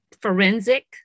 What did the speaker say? forensic